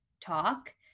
talk